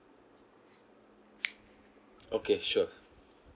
okay sure